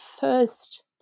first